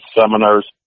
seminars